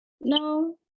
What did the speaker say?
No